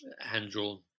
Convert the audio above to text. hand-drawn